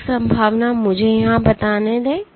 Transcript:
एक संभावना मुझे यहां बताने दें